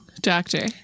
Doctor